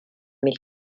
mille